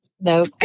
No